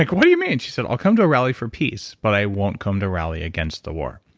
like what do you mean? she said, i'll come to a rally for peace, but i won't come to rally against the war.